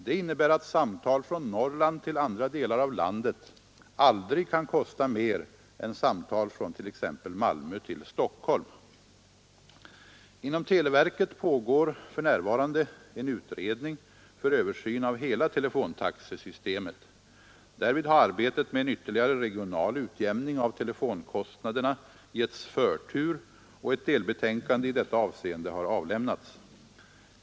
Det innebär att samtal från Norrland till andra delar av landet aldrig kan kosta mer än samtal från t.ex. Malmö till Stockholm. Inom televerket pågår för närvarande en utredning för översyn av hela telefontaxesystemet. Därvid har arbetet med en ytterligare regional utjämning av telefonkostnaderna getts förtur, och ett delbetänkande i detta avseende har avlämnats.